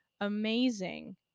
amazing